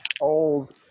old